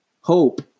hope